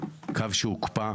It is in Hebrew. קו שהוקפא,